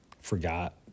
forgot